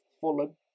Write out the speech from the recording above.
Fulham